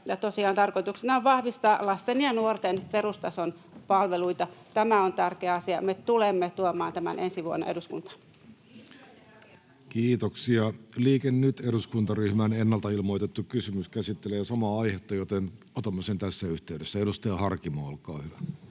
Tosiaan tarkoituksena on vahvistaa lasten ja nuorten perustason palveluita. Tämä on tärkeä asia. Me tulemme tuomaan tämän ensi vuonna eduskuntaan. Liike Nyt ‑eduskuntaryhmän ennalta ilmoitettu kysymys käsittelee samaa aihetta, joten otamme sen tässä yhteydessä. — Edustaja Harkimo, olkaa hyvä.